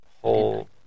whole